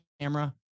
camera